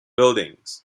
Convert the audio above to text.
buildings